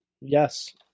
Yes